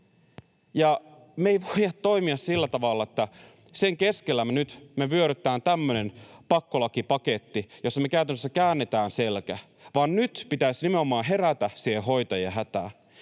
Me ei voida toimia sillä tavalla, että sen keskellä me nyt vyörytetään tämmöinen pakkolakipaketti, jossa me käytännössä käännetään selkä, vaan nyt pitäisi nimenomaan herätä siihen hoitajien hätään.